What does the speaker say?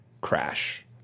crash